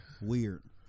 Weird